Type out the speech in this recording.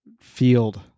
field